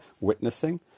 witnessing